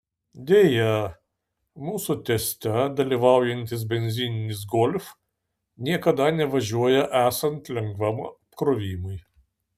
deja mūsų teste dalyvaujantis benzininis golf niekada nevažiuoja esant lengvam apkrovimui